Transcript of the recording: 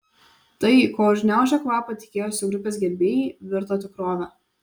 tai ko užgniaužę kvapą tikėjosi grupės gerbėjai virto tikrove